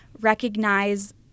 recognize